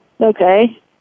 Okay